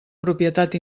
propietat